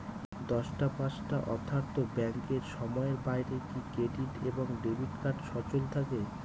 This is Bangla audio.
দশটা পাঁচটা অর্থ্যাত ব্যাংকের সময়ের বাইরে কি ক্রেডিট এবং ডেবিট কার্ড সচল থাকে?